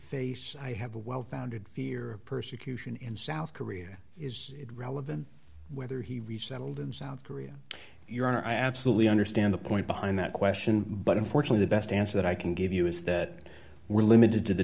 face i have a well founded fear of persecution in south korea is it relevant whether he resettled in south korea your honor i absolutely understand the point behind that question but unfortunately the best answer that i can give you is that we're limited to the